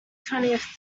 twentieth